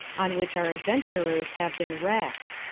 on which our adventurers have been wrecked.